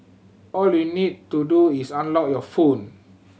all you need to do is unlock your phone